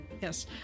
Yes